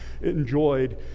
enjoyed